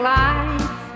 life